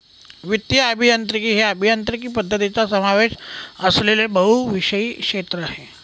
वित्तीय अभियांत्रिकी हे अभियांत्रिकी पद्धतींचा समावेश असलेले बहुविषय क्षेत्र आहे